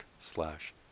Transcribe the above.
slash